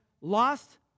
lost